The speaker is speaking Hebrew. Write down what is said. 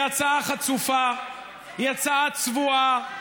יצאה חצופה, יצאה צבועה.